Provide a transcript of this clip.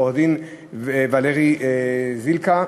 עורכת-דין ולרי זילכה,